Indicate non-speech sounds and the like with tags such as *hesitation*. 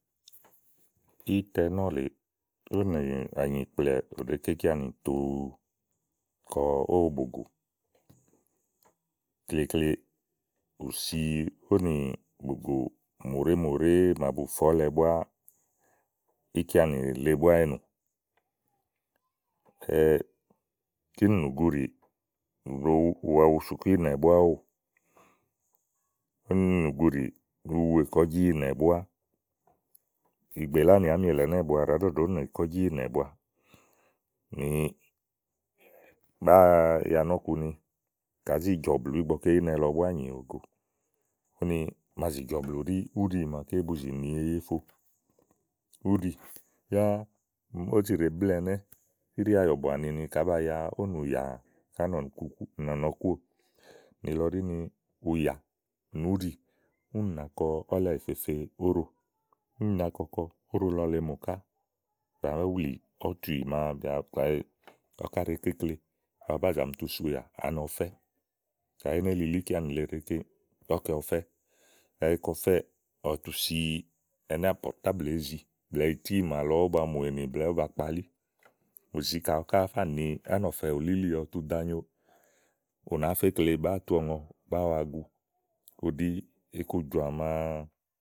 ítɛ nɔ lèe, ówò nànyikplɛ̀ɛ bù ɖèé ke íkeanì tòo kɔ ówò bògò klekle ù si ówó nì bògò mòɖèé màa bu fè ífeanì tòo íkeanì búá ènù *hesitation* kínì nùguɖìì, ù wa wu sùkúù ìnɛ̀ búáówò, úni nùguɖí bu wu èkɔ́jì ìnɛ̀ búá ìgbè láni àámi èle ɛnɛ́ɛ̀ bù wa ɖàá ɖɔɖɔ̀ ówò nèkɔ̀jí ìnɛ̀ bua úni bàáa ya nɔ̀ku ni kàá zi jɔ̀ blù ígbɔké ínɛ lɔ búá nyì òwo go. úni màa zì jɔ̀ blù ɖí úɖì màaké bu zì ní eyéfo, úɖì yá ówò òó zi ɖèé bléè ɛnɛ́ íɖìàyɔ̀bɔ̀ áni ni kàá ba ówò nùyá nɔ̀nɔkuówò. nìlɔ ɖí ni ùyá nì úɖì úni nàa kɔ ɔ̀lɛ̀ ìfefe óɖò. úni na kɔ kɔ óɖo lɔ lèe mò bàá wulì bɔ̀túì màa kàyi ɔwɔ ká ɖèé ke ikle, ɔwɔ bá zàa mi tu si ùyà ani ɔfɛ́. kayi éné lili íkeanì le ɖèé ke. kɔ̀ ke ɔfɛ́, kayi èé ke ɔfɛ́ɛ̀ ɔwɔ tu si ɛnɛ́ àámi pɔrtáàblɛ̀ èé zi blɛ̀ɛ itì màa lɔ ówó ba mù ènì blɛ̀ɛ ówó ba kpalí ù zi kayi ɔwɔ ká nìi ánɔ̀fɛ ùlílí ɔwɔ tu danyo ú nàá fe íkle bàáa tu ɔ̀ŋɔ bàáa wa gu. ù ɖi ikujɔ̀à màa.